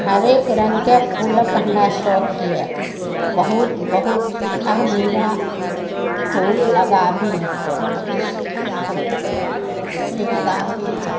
हरेक रङ्गके फूलक हमरा शौख यऽ बहुत बहुत चीज आब मीरा फूल लगाबी लगाबी